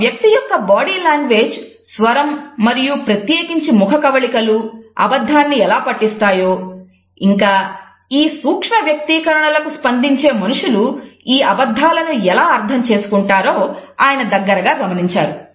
ఒక వ్యక్తి యొక్క బాడీ లాంగ్వేజ్ స్వరం మరియు ప్రత్యేకించి ముఖకవళికలు అబద్ధాన్ని ఎలా పట్టిస్తాయో ఇంకా ఈ సూక్ష్మ వ్యక్తీకరణలకు స్పందించే మనుషులు ఈ అబద్ధాలను ఎలా అర్థం చేసుకుంటారో అతను దగ్గరగా గమనించారు